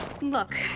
Look